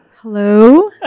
Hello